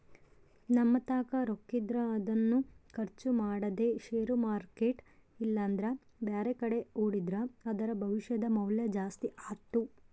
ನಮ್ಮತಾಕ ರೊಕ್ಕಿದ್ರ ಅದನ್ನು ಖರ್ಚು ಮಾಡದೆ ಷೇರು ಮಾರ್ಕೆಟ್ ಇಲ್ಲಂದ್ರ ಬ್ಯಾರೆಕಡೆ ಹೂಡಿದ್ರ ಅದರ ಭವಿಷ್ಯದ ಮೌಲ್ಯ ಜಾಸ್ತಿ ಆತ್ತು